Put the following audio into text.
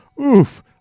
Oof